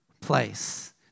place